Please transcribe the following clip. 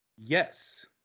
yes